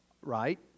right